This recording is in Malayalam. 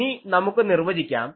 ഇനി നമുക്ക് നിർവചിക്കാം